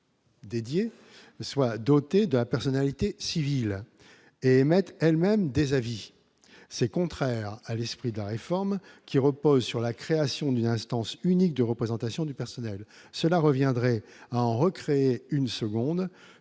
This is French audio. Dédiée soit dotée de la personnalité civile émettent elles-mêmes des avis c'est contraire à l'esprit de la réforme qui repose sur la création d'une instance unique de représentation du personnel, cela reviendrait à en recréer une seconde